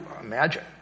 imagine